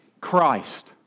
Christ